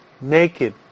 naked